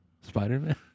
Spider-Man